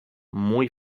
muy